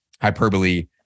hyperbole